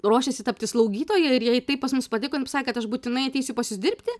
ruošėsi tapti slaugytoja ir jai taip pas mus patiko jin pasakė kad aš būtinai ateisiu pas jus dirbti